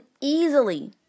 easily